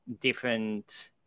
different